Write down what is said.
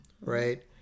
Right